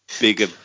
bigger